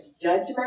judgment